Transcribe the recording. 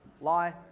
lie